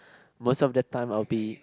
most of the time I will be